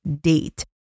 date